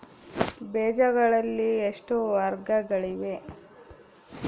ಬೇಜಗಳಲ್ಲಿ ಎಷ್ಟು ವರ್ಗಗಳಿವೆ?